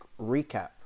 recap